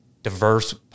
diverse